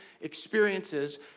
experiences